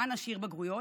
במה נשאיר בגרויות?